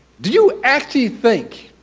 do you actually think